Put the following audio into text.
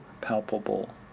palpable